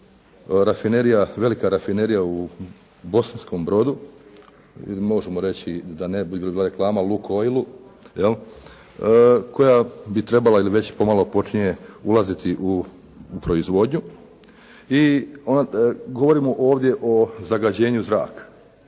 velika rafinerija u Bosanskom Brodu, možemo reći da ne bi bila reklama … /Govornik se ne razumije./ … je li, koja bi trebala ili već pomalo počinje ulaziti u proizvodnju. Govorimo ovdje o zagađenju zraka.